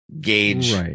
gauge